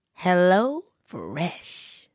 HelloFresh